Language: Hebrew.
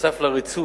נוסף על הריצוף